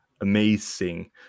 amazing